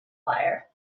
liar